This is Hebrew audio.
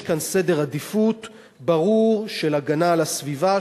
כאן סדר עדיפויות ברור של הגנה על הסביבה,